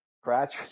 Scratch